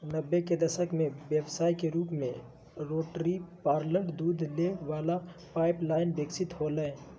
नब्बे के दशक में व्यवसाय के रूप में रोटरी पार्लर दूध दे वला पाइप लाइन विकसित होलय